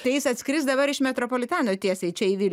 tai jis atskris dabar iš metropolitano tiesiai čia į vil